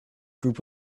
group